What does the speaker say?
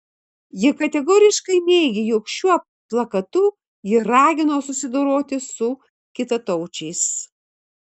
ji kategoriškai neigė jog šiuo plakatu ji ragino susidoroti su kitataučiais